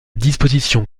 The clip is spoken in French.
disposition